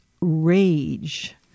rage